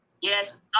Yes